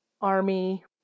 Army